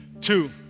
two